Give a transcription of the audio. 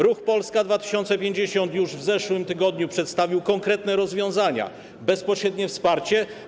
Ruch Polska 2050 już w zeszłym tygodniu przedstawił konkretne rozwiązania, sposób na bezpośrednie wsparcie.